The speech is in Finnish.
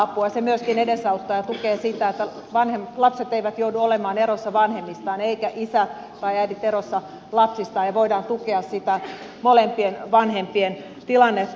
se myöskin edesauttaa ja tukee sitä että lapset eivät joudu olemaan erossa vanhemmistaan eivätkä isät tai äidit erossa lapsistaan ja voidaan tukea sitä molempien vanhempien tilannetta